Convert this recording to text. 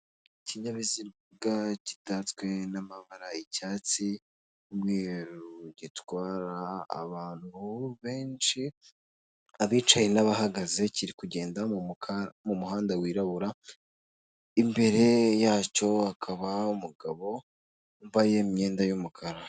Ikinyabiziga gitatswe n'amabara icyatsi, umweru gitwara abantu benshi abicaye n'abahagaze, kirikugenda mumuhanda w'irabura, imbere yacyo hakaba umugabo wamabaye imyenda y'umukara.